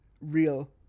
real